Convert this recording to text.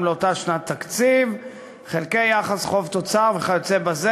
לאותה שנת תקציב חלקי יחס חוב תוצר וכיוצא בזה.